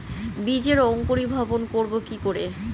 বীজের অঙ্কোরি ভবন করব কিকরে?